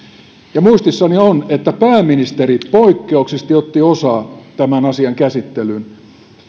ja muistissani on että pääministeri poikkeuksellisesti otti osaa tämän asian käsittelyyn